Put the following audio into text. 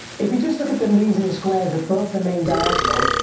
if we just look at the losing squares above the main diagonal,